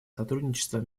сотрудничество